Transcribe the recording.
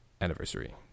anniversary